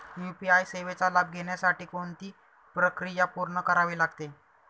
UPI सेवेचा लाभ घेण्यासाठी कोणती प्रक्रिया पूर्ण करावी लागते?